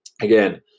Again